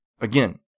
again